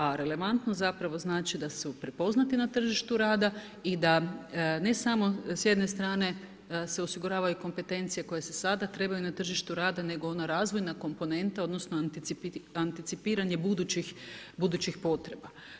A relevantnost zapravo znači da su prepoznati na tržištu rada i da ne samo s jedne strane se osiguravanju kompetencije koje se sada trebaju na tržištu rada nego i ona razvojna komponenta odnosno anticipiranje budućih potreba.